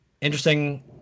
interesting